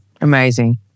Amazing